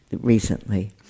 recently